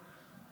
סיעה.